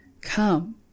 Come